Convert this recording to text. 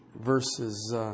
verses